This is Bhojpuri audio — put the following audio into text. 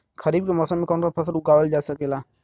खरीफ के मौसम मे कवन कवन फसल उगावल जा सकेला?